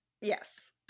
Yes